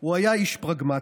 הוא היה איש פרגמטי.